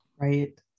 right